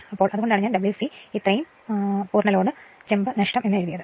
ഇപ്പോൾ അതുകൊണ്ടാണ് ഞാൻ Wc ഇത്രയും പൂർണ്ണ ലോഡ് ചെമ്പ് നഷ്ടം എന്ന് എഴുതുന്നത്